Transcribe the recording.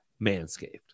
Manscaped